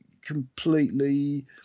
completely